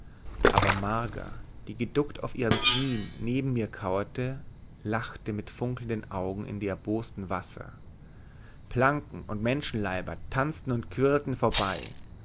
aber marga die geduckt auf ihren knien neben mir kauerte lachte mit funkelnden augen in die erbosten wasser planken und menschenleiber tanzten und quirlten vorbei